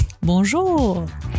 Bonjour